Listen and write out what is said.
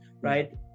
right